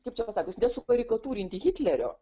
kaip čia pasakius nesukarikatūrinti hitlerio